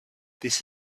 this